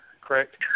correct